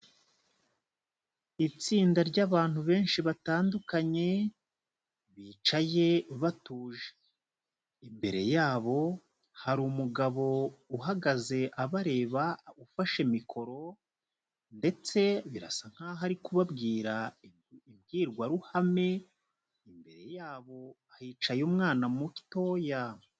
Itsinda ry'abantu benshi batandukanye, bicaye batuje, imbere yabo hari umugabo uhagaze abareba ufashe mikoro, ndetse birasa nk'aho ari kubabwira imbwirwaruhame, imbere yabo hicaye umwana mutoya.